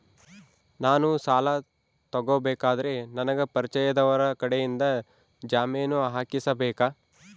ನಾನು ಸಾಲ ತಗೋಬೇಕಾದರೆ ನನಗ ಪರಿಚಯದವರ ಕಡೆಯಿಂದ ಜಾಮೇನು ಹಾಕಿಸಬೇಕಾ?